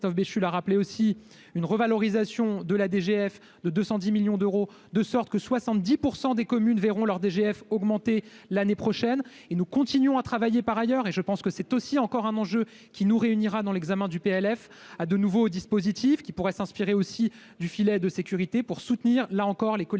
Christophe Béchu la rappeler aussi une revalorisation de la DGF de 210 millions d'euros de sorte que 70 % des communes verront leur DGF augmenter l'année prochaine et nous continuons à travailler par ailleurs et je pense que c'est aussi encore un enjeu qui nous réunira dans l'examen du PLF à de nouveaux dispositifs qui pourrait s'inspirer aussi du filet de sécurité pour soutenir là encore les collectivités